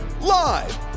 Live